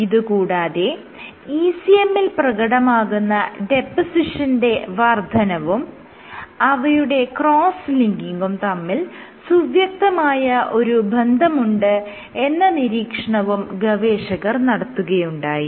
ഇത് കൂടാതെ ECM ൽ പ്രകടമാകുന്ന ഡെപോസിഷന്റെ വർദ്ധനവും അവയുടെ ക്രോസ്സ് ലിങ്കിങും തമ്മിൽ സുവ്യക്തമായ ഒരു ബന്ധമുണ്ട് എന്ന നിരീക്ഷണവും ഗവേഷകർ നടത്തുകയുണ്ടായി